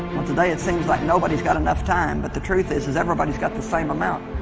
today it seems like nobody's got enough time but the truth is is everybody's got the same amount